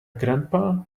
grandpa